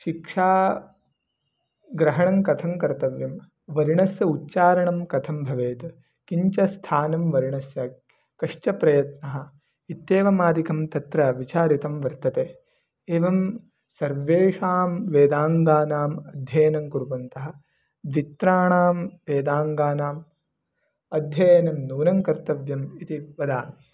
शिक्षा ग्रहणं कथं कर्तव्यं वर्णस्य उच्चारणं कथं भवेत् किञ्च स्थानं वर्णस्य कश्च प्रयत्नः इत्येवमादिकं तत्र विचारितं वर्तते एवं सर्वेषां वेदाङ्गानाम् अध्ययनं कुर्वन्तः द्वित्राणां वेदाङ्गानाम् अध्ययनं नूनं कर्तव्यम् इति वदामि